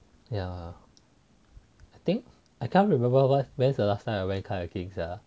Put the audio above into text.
ya I think I can't remember what when's the last time I went kayaking sia